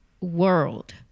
world